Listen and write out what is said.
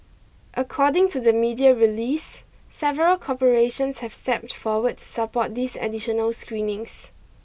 according to the media release several corporations have stepped forward to support these additional screenings